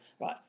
right